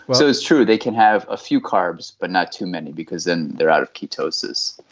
but so it's true, they can have a few carbs but not too many because then they are out of ketosis.